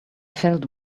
felt